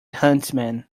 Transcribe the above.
huntsman